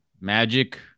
magic